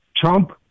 Trump